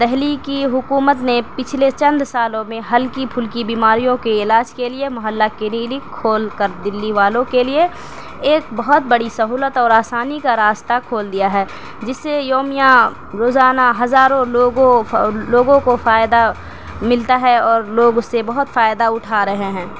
دہلی کی حکومت ںے پچھلے چند سالوں میں ہلکی پھلکی بیماریوں کے علاج کے لیے محلّہ کلینک کھول کر دلی والوں کے لیے ایک بہت بڑی سہولت اور آسانی کا راستہ کھول دیا ہے جس سے یومیہ روزانہ ہزاروں لوگوں لوگوں کو فائدہ ملتا ہے اور لوگ اس سے بہت فائدہ اٹھا رہے ہیں